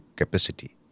capacity